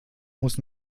muss